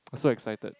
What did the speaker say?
I so excited